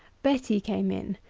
betty came in,